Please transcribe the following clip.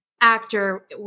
actor